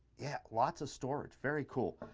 yeah, lots of storage. very cool.